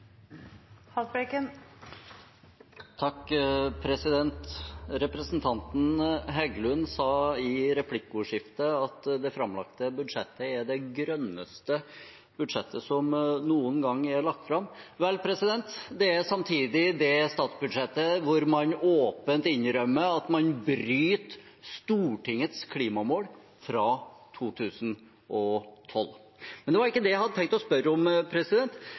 det grønneste budsjettet som noen gang er lagt fram. Vel – det er samtidig det statsbudsjettet hvor man åpent innrømmer at man bryter Stortingets klimamål fra 2012. Men det var ikke det jeg hadde tenkt å spørre om.